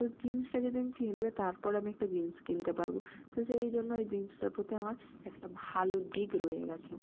তো জিন্সটা যেদিন ছিঁড়বে তারপর আমি একটা জিন্স কিনতে পারবো তো সেই জন্য ওই জিন্সটার প্রতি আমার একটা ভালো দিক রয়ে গেছে